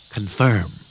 Confirm